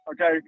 Okay